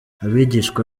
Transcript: abigishwa